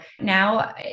now